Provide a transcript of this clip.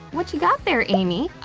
what you got there, amy?